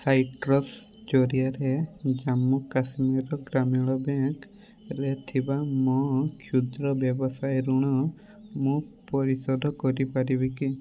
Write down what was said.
citrus ଜରିଆରେ ଜାମ୍ମୁ କାଶ୍ମୀର ଗ୍ରାମୀଣ ବ୍ୟାଙ୍କ୍ରେ ଥିବା ମୋ କ୍ଷୁଦ୍ର ବ୍ୟବସାୟ ଋଣ ମୁଁ ପରିଶୋଧ କରିପାରିବି କି